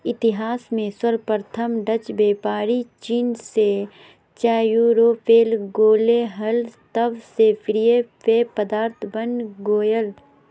इतिहास में सर्वप्रथम डचव्यापारीचीन से चाययूरोपले गेले हल तब से प्रिय पेय पदार्थ बन गेलय